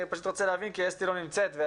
אני רוצה להבין כי אסתי לא נמצאת.